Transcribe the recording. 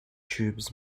tubes